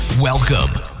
Welcome